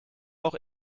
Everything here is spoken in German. auch